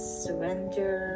surrender